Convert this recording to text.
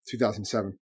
2007